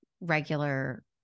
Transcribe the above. regular